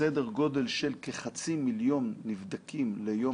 סדר גודל של כחצי מיליון נבדקים ליום